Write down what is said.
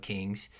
Kings